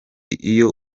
iyo